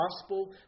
gospel